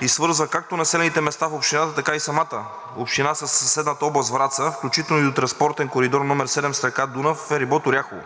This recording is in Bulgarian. и свързва както населените места в общината, така и самата община със съседната област Враца, включително и от транспортен коридор № 7 с река Дунав с ферибот „Оряхово“.